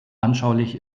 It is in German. anschaulich